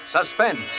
Suspense